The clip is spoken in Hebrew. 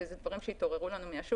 שהם דברים שהתעוררו לנו מהשוק,